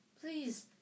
Please